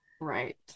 Right